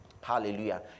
Hallelujah